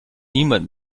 niemand